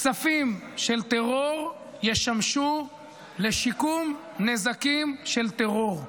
כספים של טרור ישמשו לשיקום נזקים של טרור.